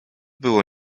było